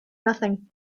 nothing